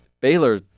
Baylor